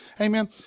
Amen